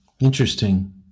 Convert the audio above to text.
interesting